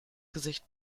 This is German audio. gesicht